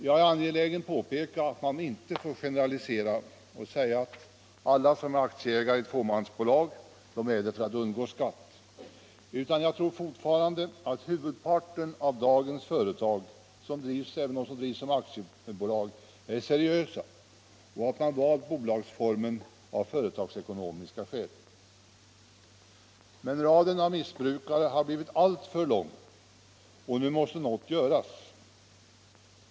Jag är angelägen påpeka att man inte får generalisera och säga att alla som är aktieägare i fåmansbolag är det för att undgå skatt. Jag tror fortfarande att huvudparten av dagens företag — även de som drivs som aktiebolag — är seriösa och att man valt bolagsformen av företagsekonomiska skäl. Men raden av missbrukare har blivit alltför lång, och nu måste något göras.